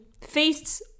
Feasts